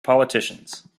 politicians